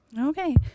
okay